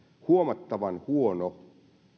huomattavan huono